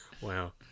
Wow